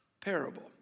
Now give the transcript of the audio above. parable